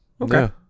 okay